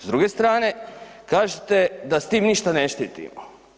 S druge strane, kažete da s time ništa ne štitimo.